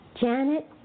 Janet